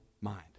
mind